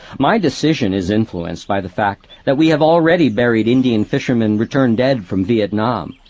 my decision is influenced by the fact that we have already buried indian fishermen returned dead from vietnam,